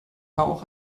auch